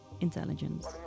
intelligence